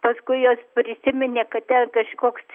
paskui jos prisiminė kad ten kažkoks